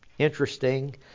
Interesting